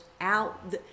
out